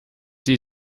die